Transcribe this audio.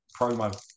promo